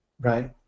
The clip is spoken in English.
right